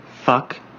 Fuck